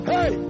Hey